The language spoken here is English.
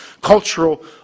cultural